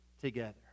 together